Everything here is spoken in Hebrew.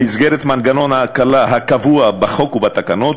במסגרת מנגנון ההקלה הקבוע בחוק ובתקנות,